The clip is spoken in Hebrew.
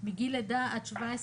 מגיל לידה עד 17,